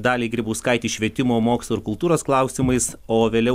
daliai grybauskaitei švietimo mokslo ir kultūros klausimais o vėliau